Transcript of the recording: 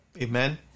Amen